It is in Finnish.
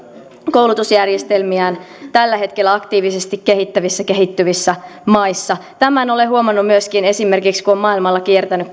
koulutusjärjestelmiään tällä hetkellä aktiivisesti kehittävissä kehittyvissä maissa tämän olen huomannut myöskin esimerkiksi kun olen maailmalla kiertänyt